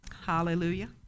Hallelujah